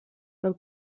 del